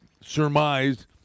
surmised